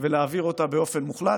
ולהעביר אותה באופן מוחלט.